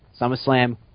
SummerSlam